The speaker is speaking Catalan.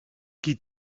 qui